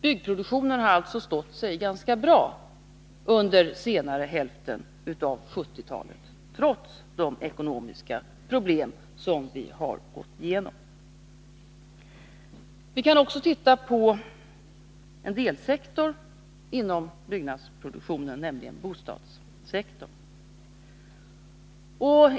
Byggnadsproduktionen har alitså stått sig ganska bra under senare hälften av 1970-talet, trots de ekonomiska problem som vi har gått igenom. Vi kan också titta på en delsektor inom byggnadsproduktionen, nämligen bostadssektorn.